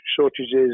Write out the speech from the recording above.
shortages